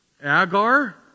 Agar